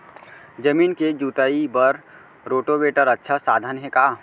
जमीन के जुताई बर रोटोवेटर अच्छा साधन हे का?